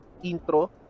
intro